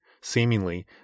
Seemingly